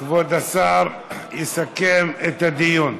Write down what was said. כבוד השר יסכם את הדיון.